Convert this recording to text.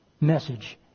message